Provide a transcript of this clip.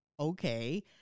okay